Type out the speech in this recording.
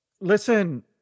Listen